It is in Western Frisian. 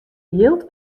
jild